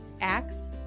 acts